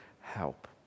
help